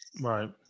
right